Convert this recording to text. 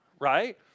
Right